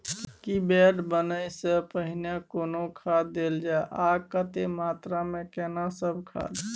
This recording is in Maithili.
की बेड बनबै सॅ पहिने कोनो खाद देल जाय आ कतेक मात्रा मे केना सब खाद?